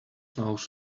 knows